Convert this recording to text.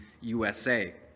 USA